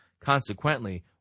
Consequently